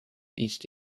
east